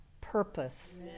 purpose